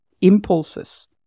impulses